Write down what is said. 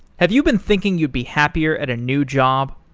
have you been thinking you'd be happier at a new job?